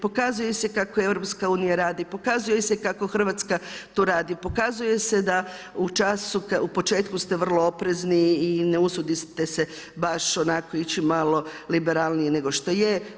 Pokazuje se kako EU radi, pokazuje se kako Hrvatska to radi, pokazuje se da u času, u početku ste vrlo oprezni i ne usudite se baš onako ići malo liberalnije nego što je.